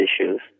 issues